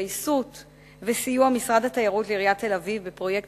ההתגייסות והסיוע של משרד התיירות לעיריית תל-אביב לפרויקט